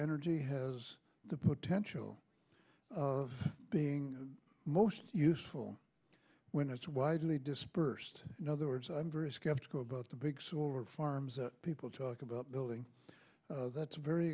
energy has the potential of being most useful when it's widely dispersed in other words i'm very skeptical about the big solar farms that people talk about building that's very